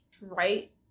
right